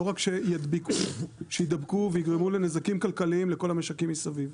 לא רק שידביקו שיידבקו ויגרמו לנזקים כלכליים לכל המשקים מסביב.